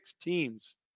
teams